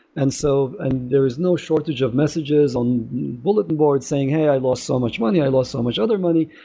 and so and there is no shortage of messages on bulletin boards saying, hey, i lost so much money. i lost so much other money.